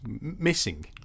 missing